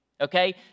okay